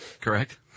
Correct